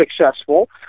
successful